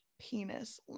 penis